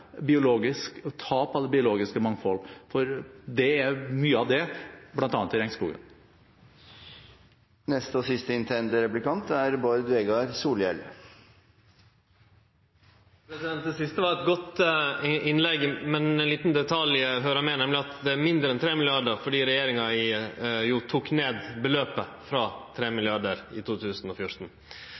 å stoppe tap av det biologiske mangfoldet, for det er mye av det bl.a. i regnskogen. Det siste var eit godt innlegg, men ein liten detalj høyrer med, nemleg at det er mindre enn 3 mrd. kr, fordi regjeringa reduserte beløpet – frå 3 mrd. kr – i 2014.